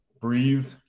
breathe